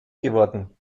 geworden